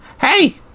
Hey